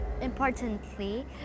Importantly